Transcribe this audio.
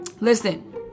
Listen